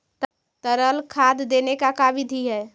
तरल खाद देने के का बिधि है?